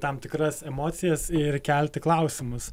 tam tikras emocijas ir kelti klausimus